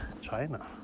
China